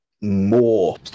more